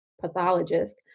pathologist